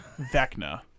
Vecna